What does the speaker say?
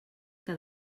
que